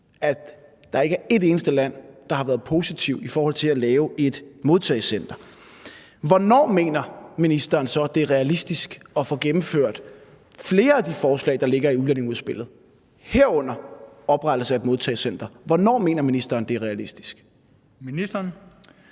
at der ikke er et eneste land, der har været positivt i forhold til at lave et modtagecenter. Hvornår mener ministeren så det er realistisk at få gennemført flere af de forslag, der ligger i udlændingeudspillet, herunder oprettelse af et modtagecenter? Hvornår mener ministeren det er realistisk? Kl.